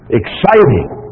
exciting